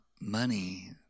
money